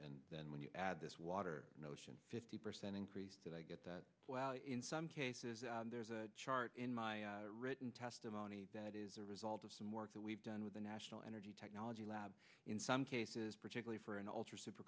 and then when you add this water notion fifty percent increase that i get that in some cases there's a chart in my written testimony that is a result of some work that we've done with the national energy technology lab in some cases particularly for an ultra super